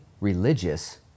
religious